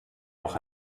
noch